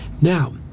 Now